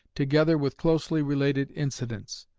together with closely related incidents.